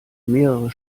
mehrere